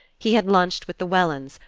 he had lunched with the wellands,